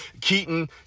Keaton